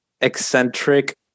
eccentric